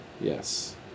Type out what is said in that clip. Yes